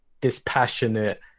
dispassionate